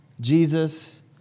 Jesus